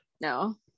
No